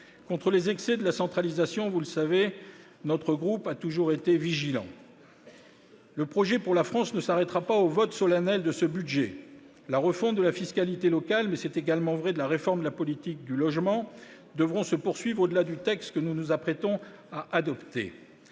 Contre les excès de la centralisation, vous le savez, le groupe Union Centriste a toujours été vigilant. Le projet pour la France ne s'arrêtera pas au vote solennel de ce budget. La refonte de la fiscalité locale, mais aussi la réforme de la politique du logement devront se poursuivre au-delà du texte que nous nous apprêtons à adopter.